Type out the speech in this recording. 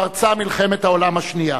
פרצה מלחמת העולם השנייה.